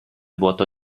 vuoto